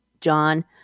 John